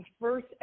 first